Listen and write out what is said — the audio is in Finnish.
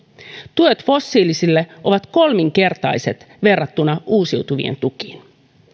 tuet fossiilisille ovat kolminkertaiset verrattuna uusiutuvien tukiin